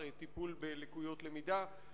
טיפול בלקויות למידה.